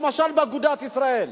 למשל באגודת ישראל.